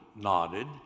nodded